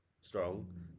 strong